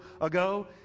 ago